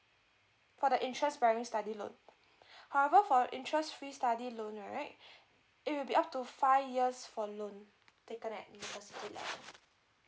for the interest primary study loan however for interest free study loan right it will be up to five years for loan taken at university level